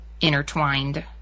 intertwined